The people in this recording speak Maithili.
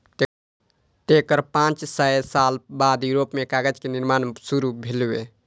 तेकर पांच सय साल बाद यूरोप मे कागज के निर्माण शुरू भेलै